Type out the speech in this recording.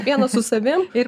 vienas su savim ir